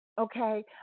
Okay